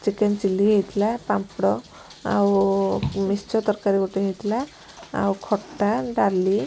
chicken chilli ହେଇଥିଲା ପାମ୍ପଡ଼ ଆଉ mixture ତରକାରୀ ଗୋଟେ ହେଇଥିଲା ଆଉ ଖଟା ଡାଲି